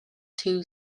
two